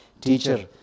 Teacher